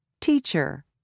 teacher